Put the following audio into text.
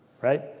right